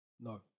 No